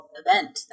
event